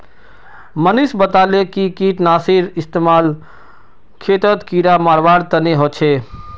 मनीष बताले कि कीटनाशीर इस्तेमाल खेतत कीड़ा मारवार तने ह छे